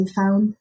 found